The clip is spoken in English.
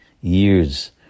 years